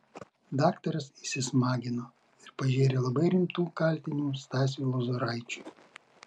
daktaras įsismagino ir pažėrė labai rimtų kaltinimų stasiui lozoraičiui